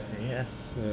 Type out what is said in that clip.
Yes